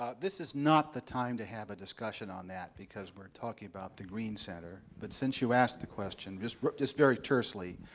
ah this is not the time to have a discussion on that because we're talking about the green center, but since you asked the question, just just very tersely,